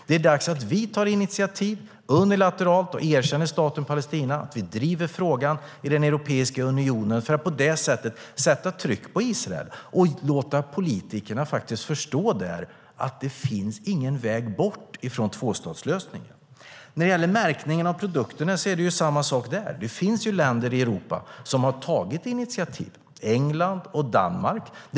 Det är dags att vi tar initiativ unilateralt och erkänner Palestina, att vi driver frågan i Europeiska unionen för att på det sättet sätta tryck på Israel och låta politikerna där förstå att det inte finns någon väg bort från tvåstatslösningen. När det gäller märkningen av produkter är det samma sak. Det finns länder i Europa som har tagit initiativ: England och Danmark.